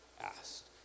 asked